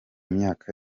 myaka